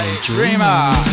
Dreamer